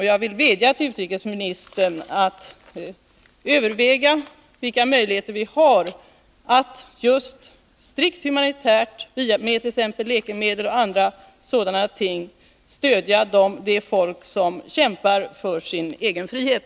Jag vill vädja till utrikesministern att överväga vilka möjligheter vi har att just strikt humanitärt, med t.ex. läkemedel, stödja det folk som kämpar för sin egen frihet.